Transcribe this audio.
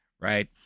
right